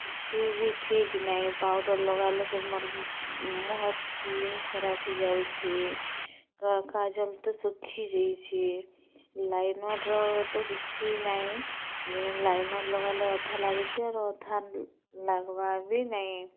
କିଛି ବି ଠିକ ନାଇଁ ପାଉଡ଼ର୍ ଲଗାଲେ ସେ ମୋର ମୁହଁର ସ୍କିନ୍ ଖରାପ ହେଇଯାଉଛି କ କାଜଲ୍ ତ ଶୁଖିଯାଇଛି ଲାଇନର୍ର ତ କିଛି ନାଇଁ ଯେ ଲାଇନର୍ ଲଗାଲେ ଅଧା ଲାଗୁଛି ଆରୁ ଅଧା ଲାଗବାର ବି ନେଇଁ